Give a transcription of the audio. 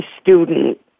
student